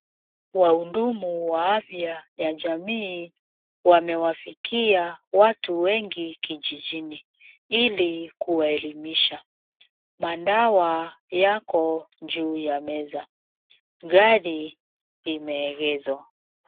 Wahudumu wa afya ya jamii wamewafikia watu wengi kijijini, ili kuwaelimisha. Madawa yako juu ya meza, gari limeegeshwa.